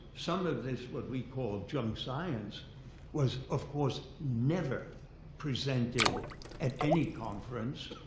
some of this, what we call, junk science was, of course, never presented at any conference.